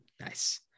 Nice